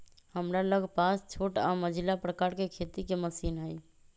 हमरा लग पास छोट आऽ मझिला प्रकार के खेती के मशीन हई